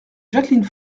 jacqueline